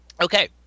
Okay